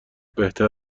بهتر